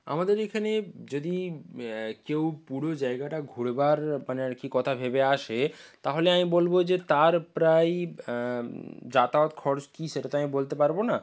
আমাদের এইখানে যদি কেউ পুরো জায়গাটা ঘোরবার মানে আর কি কথা ভেবে আসে তাহলে আমি বলব যে তার প্রায় যাতায়াত খরচ কী সেটা তো আমি বলতে পারব না